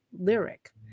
lyric